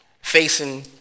facing